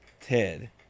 Ted